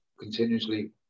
continuously